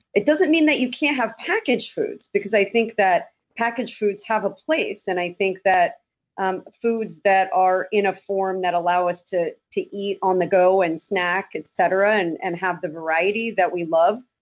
it doesn't mean that you can't have packaged foods, because i think that packaged foods have a place, and i think that um foods that are in a form that allow us to to eat on the go and snack, et cetera, and and have the variety that we love,